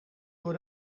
door